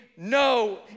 No